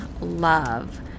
love